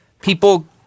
people